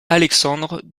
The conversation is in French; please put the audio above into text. alexandre